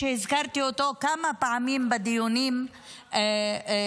שהזכרתי אותו כמה פעמים בדיונים בוועדה,